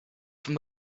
from